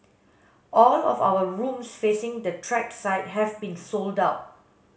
all of our rooms facing the track side have been sold out